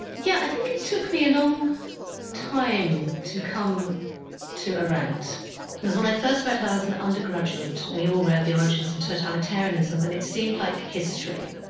yeah, i think it took me a long time to come to arendt, because when i first read her as an undergraduate, and we all read the origins of totalitarianism, and it seemed like history.